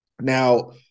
Now